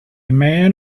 man